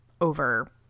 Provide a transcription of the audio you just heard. over-